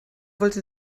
wollte